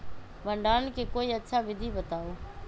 भंडारण के कोई अच्छा विधि बताउ?